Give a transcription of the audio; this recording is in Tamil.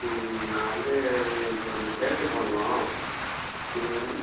நான் வந்து எனக்கு ஒன்று கேட்டு போடணும் நீங்கள் வந்து